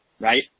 Right